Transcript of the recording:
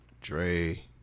Dre